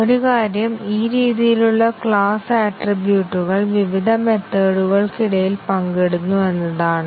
ഒരു കാര്യം ഈ രീതിയിലുള്ള ക്ലാസ് ആട്രിബ്യൂട്ടുകൾ വിവിധ മെത്തേഡുകൾക്കിടയിൽ പങ്കിടുന്നു എന്നതാണ്